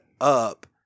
up